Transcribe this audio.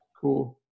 Cool